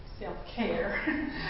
self-care